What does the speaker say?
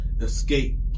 escape